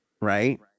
right